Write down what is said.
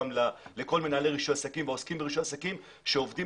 גם לכל מנהלי רישוי העסקים והעוסקים ברישוי עסקים שעובדים